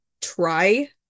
try